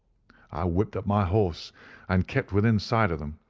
i whipped up my horse and kept within sight of them,